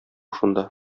шунда